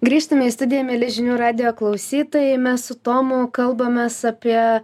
grįžtame į studiją mieli žinių radijo klausytojai mes su tomu kalbamės apie